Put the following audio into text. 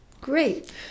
great